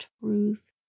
truth